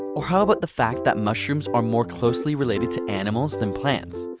or how about the fact that mushrooms are more closely related to animals than plants.